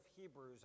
Hebrews